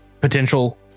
potential